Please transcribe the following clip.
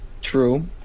True